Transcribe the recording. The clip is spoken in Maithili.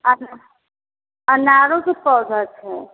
अना अनारोके पौधा छै